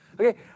Okay